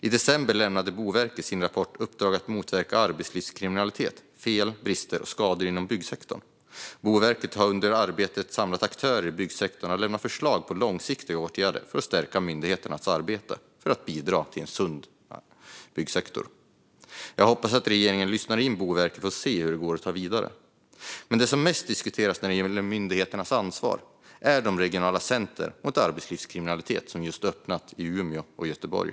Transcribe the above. I december lämnade Boverket sin rapport Uppdrag att motverka arbetslivskriminalitet, fel, brister och skador inom byggsektorn . Boverket har under arbetet samlat aktörer i byggsektorn och har lämnat förslag på långsiktiga åtgärder för att stärka myndigheternas arbete för att bidra till en sund byggsektor. Jag hoppas att regeringen lyssnar på Boverket för att se hur det går att ta detta vidare. Men det som diskuteras mest när det gäller myndigheternas ansvar är de regionala center mot arbetslivskriminalitet som just har öppnat i Umeå och Göteborg.